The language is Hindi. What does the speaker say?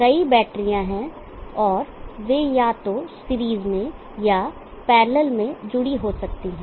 कई बैटरियां हैं और वे या तो सीरीज में या पैरलल में जुड़ी हो सकती हैं